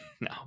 No